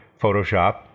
Photoshop